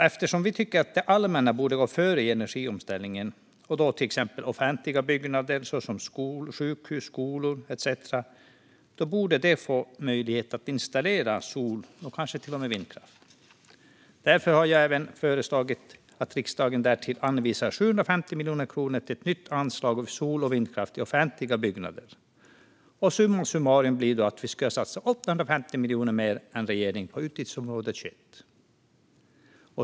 Eftersom vi tycker att det allmänna borde gå före i energiomställningen, till exempel när det gäller offentliga byggnader såsom sjukhus och skolor, borde de få möjlighet att installera sol och kanske till och med vindkraft. Därför har jag även föreslagit att riksdagen därtill anvisar 750 miljoner kronor till ett nytt anslag för sol och vindkraft i offentliga byggnader. Summa summarum blir att vi vill satsa 850 miljoner kronor mer än regeringen på utgiftsområde 21.